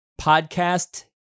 podcast